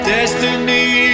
Destiny